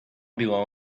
below